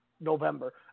November